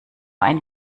ein